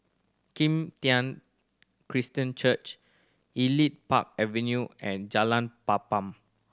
Kim Tian Christian Church Elite Park Avenue and Jalan Papan